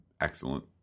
excellent